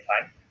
time